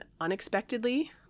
unexpectedly